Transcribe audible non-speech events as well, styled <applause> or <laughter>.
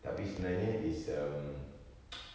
tapi sebenarnya it's um <noise>